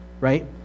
right